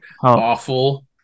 Awful